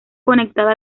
conectada